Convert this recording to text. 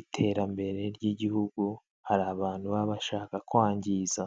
iterambere ry'igihugu hari abantu baba bashaka kwangiza.